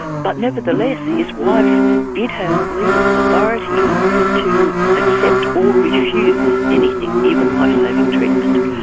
but nevertheless his wife did have legal authority to accept or refuse anything, even life-saving treatment.